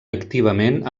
activament